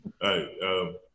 hey